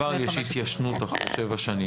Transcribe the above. לא לגבי כל דבר יש התיישנות אחרי שבע שנים.